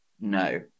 No